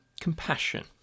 Compassion